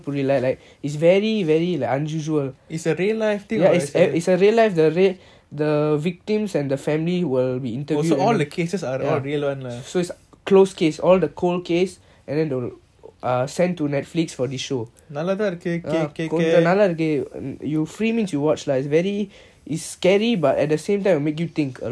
it's a real life thing or fiction oh so all the cases are all real one ah நல்ல தான் இறுகிய கேக்க ராத்திரி அத நான் பொய் பாப்பான்:nalla thaan irukey keaka rathiri atha naan poi paapan